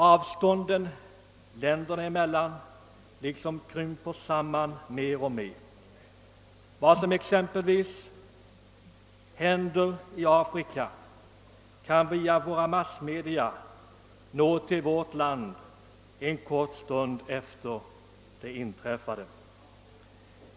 Avståndet länder emellan krymper alltmer. En händelse som inträffar exempelvis i Afrika kan via massmedia efter endast en stund nå vårt land.